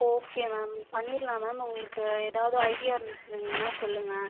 okay ma'am பண்ணிரலாம் ma'am உங்களுக்கு ஏதாவது ஐடியா இருந்துச்சுன்னா சொல்லுங்கள்